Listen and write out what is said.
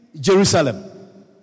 Jerusalem